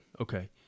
okay